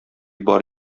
бар